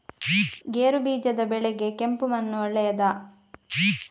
ಗೇರುಬೀಜದ ಬೆಳೆಗೆ ಕೆಂಪು ಮಣ್ಣು ಒಳ್ಳೆಯದಾ?